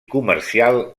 comercial